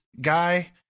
guy